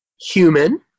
human